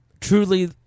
truly